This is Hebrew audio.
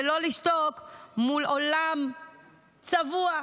ולא לשתוק מול עולם צבוע.